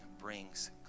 brings